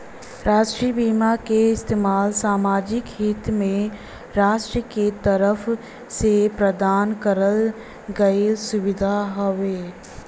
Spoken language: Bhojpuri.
राष्ट्रीय बीमा क इस्तेमाल सामाजिक हित में राष्ट्र के तरफ से प्रदान करल गयल सुविधा हउवे